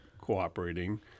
cooperating